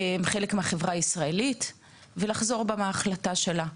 הם חלק מהחברה הישראלית, ולחזור בה מההחלטה שלה.